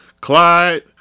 Clyde